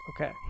Okay